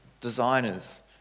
designers